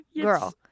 Girl